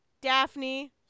Daphne